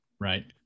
right